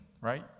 right